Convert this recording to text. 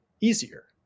easier